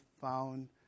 found